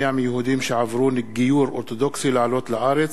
מיהודים שעברו גיור אורתודוקסי לעלות לארץ,